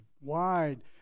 wide